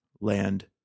land